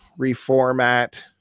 reformat